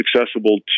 accessible